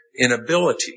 inability